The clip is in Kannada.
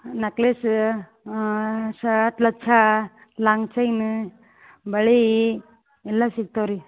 ನಕ್ಲೇಸ್ ಸಾತ್ಲಚ್ಚಾ ಲಾಂಗ್ ಚೈನ್ ಬಳೆ ಎಲ್ಲಾ ಸೀಗ್ತಾವೆ ರೀ